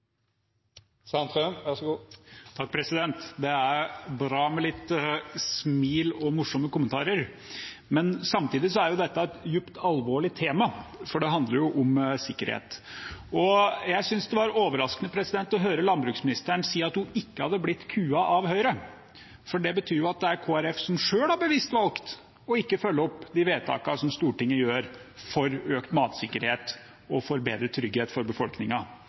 bra med litt smil og morsomme kommentarer. Men samtidig er dette et dypt alvorlig tema, for det handler jo om sikkerhet. Jeg synes det var overraskende å høre landbruksministeren si at hun ikke hadde blitt kuet av Høyre, for det betyr jo at det er Kristelig Folkeparti selv som bevisst har valgt ikke å følge opp de vedtakene som Stortinget gjør for økt matsikkerhet og for bedre trygghet for